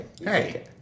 Hey